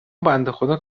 بندهخدا